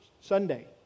Sunday